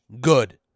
Good